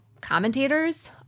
commentators